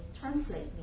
Translate